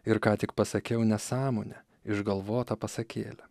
ir ką tik pasakiau nesąmonę išgalvotą pasakėlę